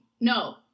no